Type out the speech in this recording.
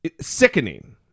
Sickening